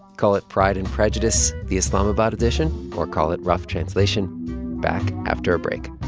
call it pride and prejudice, the islamabad edition, or call it rough translation back after a break